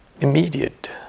immediate